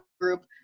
group